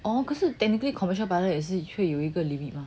oh 可是 technically commercial pilot 也是会有一个 limit mah